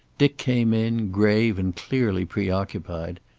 dick came in, grave and clearly preoccupied,